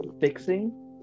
fixing